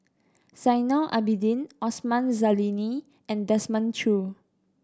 Zainal Abidin Osman Zailani and Desmond Choo